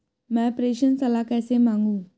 मैं प्रेषण सलाह कैसे मांगूं?